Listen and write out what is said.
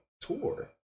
tour